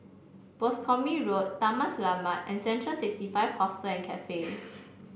Boscombe Road Taman Selamat and Central sixty five Hostel and Cafe